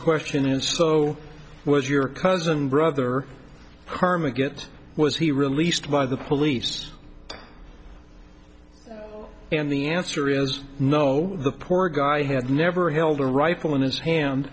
question is so was your cousin brother harm a get was he released by the police and the answer is no the poor guy had never held a rifle in his hand